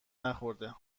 نخورده